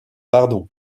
pardon